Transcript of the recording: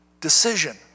decision